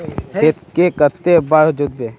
खेत के कते बार जोतबे?